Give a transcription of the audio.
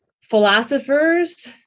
philosophers